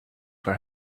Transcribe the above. for